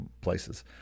places